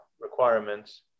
requirements